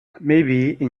maybe